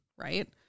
Right